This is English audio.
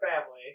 family